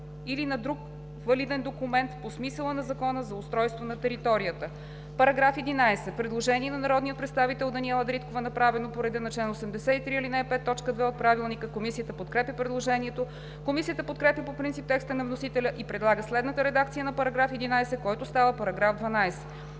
или на друг валиден документ по смисъла на Закона за устройство на територията.“ По § 11 има предложение на народния представител Даниела Дариткова, направено по реда на чл. 83, ал. 5, т. 2 от Правилника. Комисията подкрепя предложението. Комисията подкрепя по принцип текста на вносителя и предлага следната редакция на § 11, който става § 12: „§ 12.